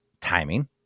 timing